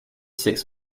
six